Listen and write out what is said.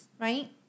right